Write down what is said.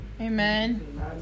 Amen